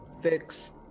fix